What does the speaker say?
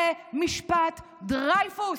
זה משפט דרייפוס,